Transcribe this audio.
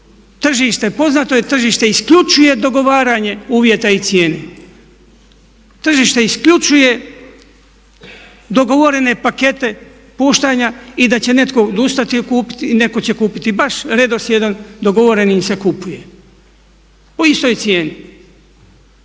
tržište, poznato je tržište isključuje dogovaranje uvjeta i cijene. Tržište isključuje dogovorene pakete puštanja i da će netko odustati i kupiti i netko će kupiti baš redoslijedom dogovorenim se kupuje po istoj cijeni.